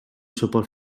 sopor